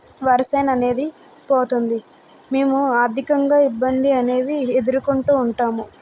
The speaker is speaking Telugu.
వరిచేననేది పోతుంది మేము ఆర్థికంగా ఇబ్బంది అనేవి ఎదుర్కొంటూ ఉంటాము